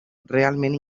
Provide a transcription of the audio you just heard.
realment